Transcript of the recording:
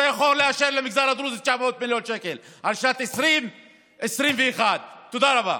אתה יכול לאשר למגזר הדרוזי 900 מיליון שקל לשנת 2020 2021. תודה רבה.